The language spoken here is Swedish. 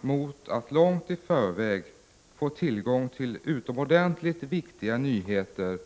mot att långt i förväg få tillgång till för hela vårt folk utomordentligt viktiga nyheter.